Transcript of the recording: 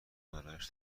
برایش